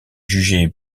jugé